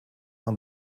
aan